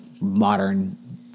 modern